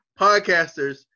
Podcasters